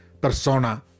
persona